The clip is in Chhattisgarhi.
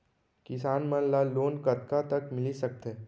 किसान मन ला लोन कतका तक मिलिस सकथे?